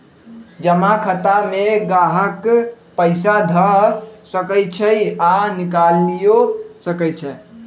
जमा खता में गाहक पइसा ध सकइ छइ आऽ निकालियो सकइ छै